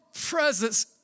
presence